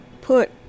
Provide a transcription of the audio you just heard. put